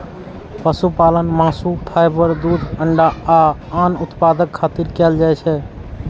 पशुपालन मासु, फाइबर, दूध, अंडा आ आन उत्पादक खातिर कैल जाइ छै